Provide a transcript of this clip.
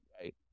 right